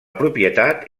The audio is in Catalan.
propietat